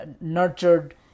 nurtured